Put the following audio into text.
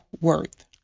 worth